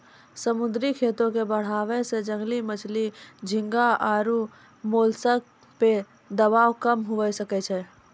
समुद्री खेती के बढ़ाबै से जंगली मछली, झींगा आरु मोलस्क पे दबाब कम हुये सकै छै